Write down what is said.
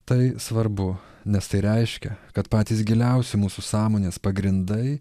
tai svarbu nes tai reiškia kad patys giliausi mūsų sąmonės pagrindai